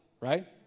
right